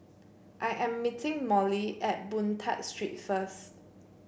I am meeting Molly at Boon Tat Street first